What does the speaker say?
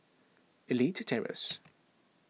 Elite Terrace